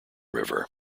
river